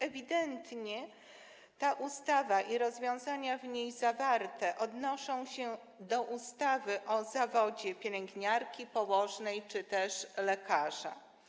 Ewidentnie ustawa i rozwiązania w niej zawarte odnoszą się do ustaw o zawodach pielęgniarki, położnej czy lekarza.